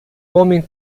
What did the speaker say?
homem